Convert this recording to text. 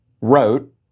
wrote